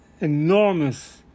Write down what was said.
enormous